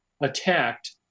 attacked